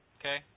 okay